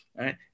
right